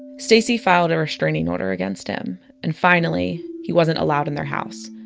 stacie filed a restraining order against him, and finally, he wasn't allowed in their house